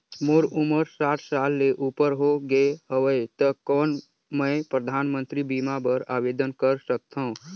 मोर उमर साठ साल ले उपर हो गे हवय त कौन मैं परधानमंतरी बीमा बर आवेदन कर सकथव?